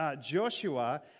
Joshua